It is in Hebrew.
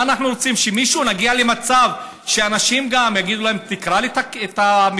מה אנחנו רוצים, שנגיע למצב שגם יגידו לאנשים: